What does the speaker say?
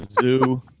zoo